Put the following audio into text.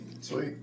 Sweet